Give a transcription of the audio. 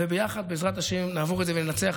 וביחד, בעזרת השם, נעבור את זה וננצח.